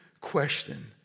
question